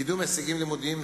קידום הישגים לימודיים,